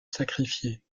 sacrifié